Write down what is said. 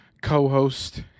co-host